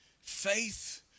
faith